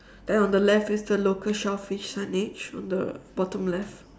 then on the left is the local shellfish signage on the bottom left